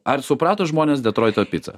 ar suprato žmonės detroito picą